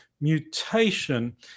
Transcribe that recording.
mutation